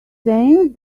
saying